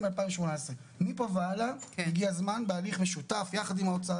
2018. מפה והלאה הגיע הזמן בהליך משותף יחד עם האוצר,